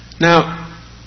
Now